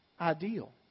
ideal